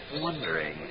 wondering